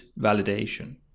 validation